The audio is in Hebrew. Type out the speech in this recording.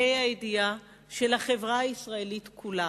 בה"א הידיעה, של החברה הישראלית כולה.